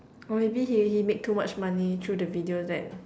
or maybe he he make too much money through the video that